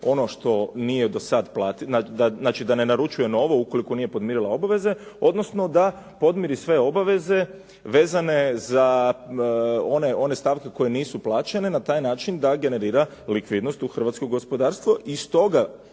ono što nije do sada, znači da ne naručuje novo ukoliko nije podmirila obaveze, odnosno da podmiri sve obaveze vezane za one stavke koje nisu plaćene na taj način da generirala likvidnost u hrvatsko gospodarstvo.